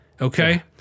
Okay